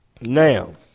Now